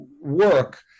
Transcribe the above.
work